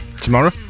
Tomorrow